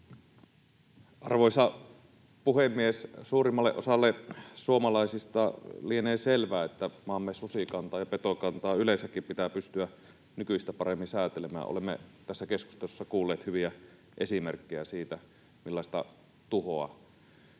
Arvoisa puhemies! Suurimmalle osalle suomalaisista lienee selvää, että maamme susikantaa ja petokantaa yleensäkin pitää pystyä nykyistä paremmin säätelemään. Olemme tässä keskustelussa kuulleet hyviä esimerkkejä siitä, millaista tuhoa